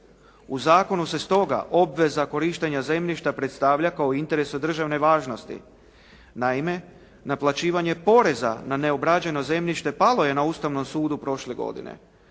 U zakonu se s toga obveza korištenja zemljišta predstavlja kao od interesa državne važnosti. Naime, naplaćivanje poreza na neobrađeno zemljište palo je na Ustavnom sudu prošle godine.